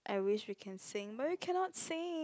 I wish we can sing but we cannot sing